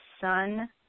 son